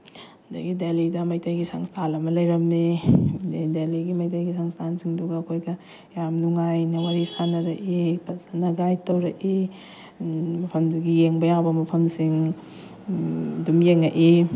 ꯑꯗꯒꯤ ꯗꯦꯂꯤꯗ ꯃꯩꯇꯩꯒꯤ ꯁꯪꯁꯊꯥꯟ ꯑꯃ ꯂꯩꯔꯝꯃꯤ ꯑꯗꯒꯤ ꯗꯦꯂꯤꯒꯤ ꯃꯩꯇꯩꯒꯤ ꯁꯪꯁꯊꯥꯟꯁꯤꯡꯗꯨꯒ ꯑꯩꯈꯣꯏꯒ ꯌꯥꯝ ꯅꯨꯡꯉꯥꯏꯅ ꯋꯥꯔꯤ ꯁꯥꯟꯅꯔꯛꯏ ꯐꯖꯅ ꯒꯥꯏꯠ ꯇꯧꯔꯛꯏ ꯃꯐꯝꯗꯨꯒꯤ ꯌꯦꯡꯕ ꯌꯥꯕ ꯃꯐꯝꯁꯤꯡ ꯑꯗꯨꯝ ꯌꯦꯡꯉꯛꯏ